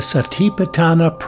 Satipatthana